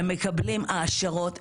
הם מקבלים העשרות,